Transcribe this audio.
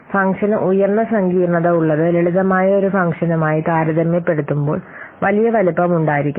ഫംഗ്ഷന് ഉയർന്ന സങ്കീർണ്ണത ഉള്ളത് ലളിതമായ ഒരു ഫംഗ്ഷനുമായി താരതമ്യപ്പെടുത്തുമ്പോൾ വലിയ വലുപ്പം ഉണ്ടായിരിക്കണം